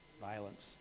violence